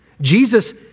Jesus